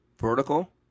Vertical